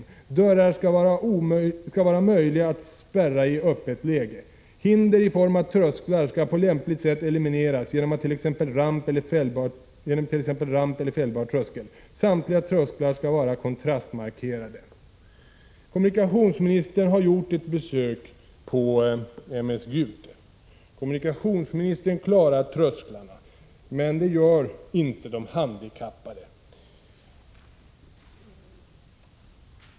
Dörrar skall vara möjliga att spärra i öppet läge. Hinder i form av trösklar skall på lämpligt sätt elimineras genom tex ramp eller fällbar tröskel. Samtliga trösklar skall vara kontrastmarkerade.” Kommunikationsministern har gjort ett besök på M/S Gute. Kommunikationsministern klarar trösklarna. Men det gör inte de handikappade.